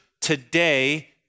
today